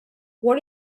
what